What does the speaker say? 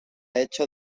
hecho